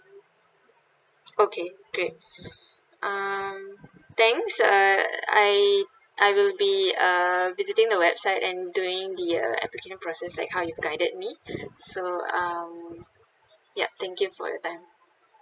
okay great um thanks uh I I will be uh visiting the website and doing the uh application process like how you've guided me so um ya thank you for your time